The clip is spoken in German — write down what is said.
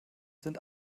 sind